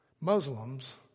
Muslims